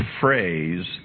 phrase